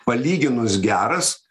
palyginus geras